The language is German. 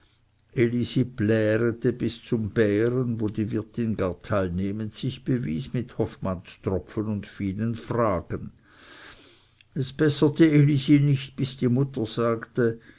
bis zum bären wo die wirtin gar teilnehmend sich bewies mit hoffmannstropfen und vielen fragen es besserte elisi nicht bis die mutter sagte